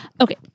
okay